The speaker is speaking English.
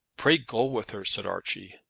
pray go with her, said archie.